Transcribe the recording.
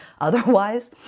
Otherwise